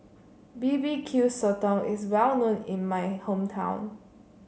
B B Q Sotong is well known in my hometown